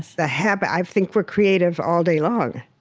the habit i think we're creative all day long.